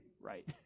right